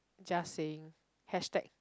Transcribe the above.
just saying hashtag